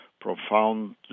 profoundly